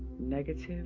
negative